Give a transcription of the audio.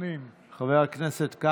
למעלה מ-40 מועדונים מעושרים,